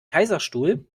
kaiserstuhl